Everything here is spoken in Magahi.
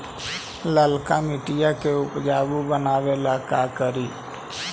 लालका मिट्टियां के उपजाऊ बनावे ला का करी?